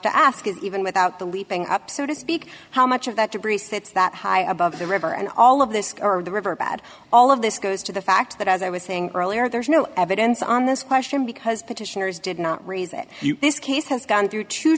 to ask is even without the leaping up so to speak how much of that debris sits that high above the river and all of this or the river bad all of this goes to the fact that as i was saying earlier there's no evidence on this question because petitioners did not raise it this case has gone through two